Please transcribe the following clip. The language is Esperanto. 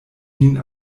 nin